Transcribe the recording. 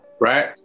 right